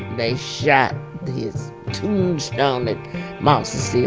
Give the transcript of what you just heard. they shot his tombstone. the marks yeah